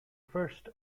first